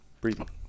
breathing